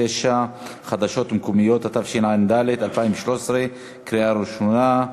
59) (חדשות מקומיות), התשע"ד 2013, קריאה ראשונה.